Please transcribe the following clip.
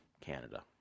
Canada